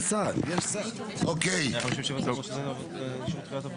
אוקיי, טוב.